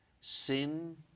sin